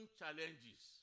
challenges